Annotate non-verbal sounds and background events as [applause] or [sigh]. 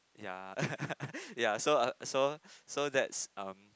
ya [laughs] ya so uh so so that's um